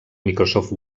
microsoft